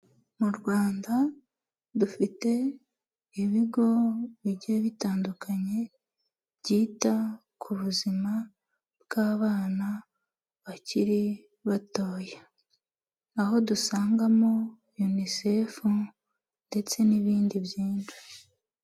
Mu Rwanda dufite ibigo bigiye bitandukanye, byita ku buzima bw'abana bakiri batoya aho dusangamo unicefu ndetse n'ibindi byinshi.